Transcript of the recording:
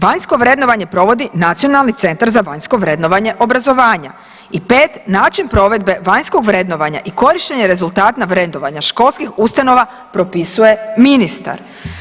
Vanjsko vrednovanje provodi Nacionalni centar za vanjsko vrednovanje obrazovanja i pet, način provedbe vanjskog vrednovanja i korištenje rezultata vrednovanja školskih ustanova propisuje ministar.